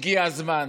הגיע הזמן.